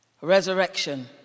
Resurrection